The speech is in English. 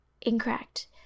incorrect